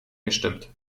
gestimmt